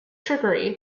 trickery